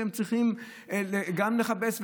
וצריך גם לכבס,